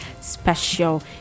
special